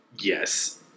Yes